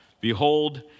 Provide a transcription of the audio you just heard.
Behold